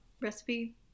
recipe